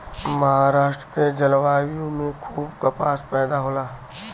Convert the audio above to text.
महाराष्ट्र के जलवायु में खूब कपास पैदा होला